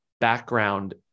background